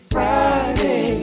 Friday